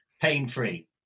pain-free